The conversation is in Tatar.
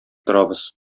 торабыз